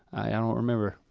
i don't remember.